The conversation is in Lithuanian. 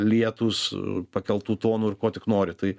lietūs pakeltų tonų ir ko tik nori tai